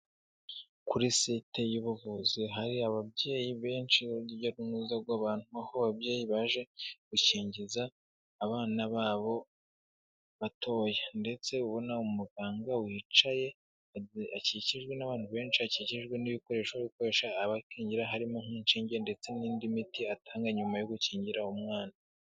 Kuri site y'ubuvuzi hari ababyeyi benshi, urujya n'uruza rw'abantu, aho ababyeyi baje gukingiza abana babo batoya, ndetse ubona umuganga wicaye akikijwe n'abantu benshi, akikijwe n'ibikoresho ari gukoresha, abakingira, harimo nk'inshinge ndetse n'indi miti atanga nyuma yo gukingira umwana.